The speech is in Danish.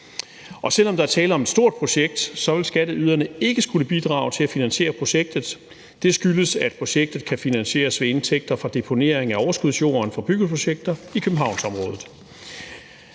Selv om der er tale om et stort projekt, vil skatteyderne ikke skulle bidrage til at finansiere projektet. Det skyldes, at projektet kan finansieres ved indtægter fra deponering af overskudsjorden fra byggeprojekter i Københavnsområdet.